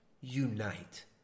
unite